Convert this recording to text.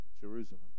Jerusalem